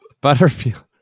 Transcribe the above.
Butterfield